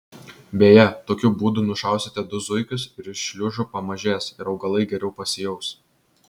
beje tokiu būdu nušausite du zuikius ir šliužų pamažės ir augalai geriau pasijaus